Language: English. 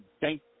thank